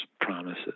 promises